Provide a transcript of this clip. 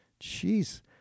jeez